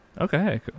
Okay